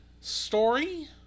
story